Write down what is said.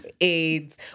AIDS